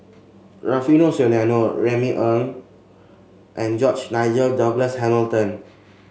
Rufino Soliano Remy Ong and George Nigel Douglas Hamilton